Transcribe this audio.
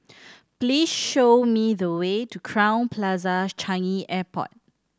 please show me the way to Crowne Plaza Changi Airport